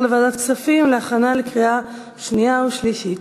לוועדת הכספים להכנה לקריאה שנייה ושלישית.